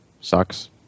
sucks